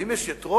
ואם יש יתרות,